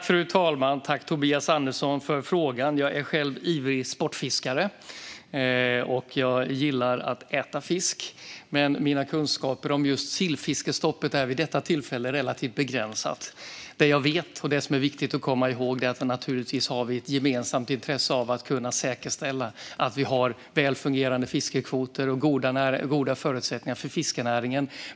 Fru talman! Tack, Tobias Andersson, för frågan! Jag är själv en ivrig sportfiskare, och jag gillar att äta fisk. Men mina kunskaper om just sillfiskestoppet är vid detta tillfälle relativt begränsade. Det jag vet, och det som är viktigt att komma ihåg, är att vi naturligtvis har ett gemensamt intresse av att kunna säkerställa att vi har väl fungerande fiskekvoter och goda förutsättningar för fiskenäringen.